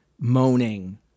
moaning